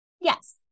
Yes